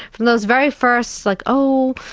from those very first, like oh,